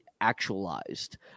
actualized